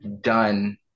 done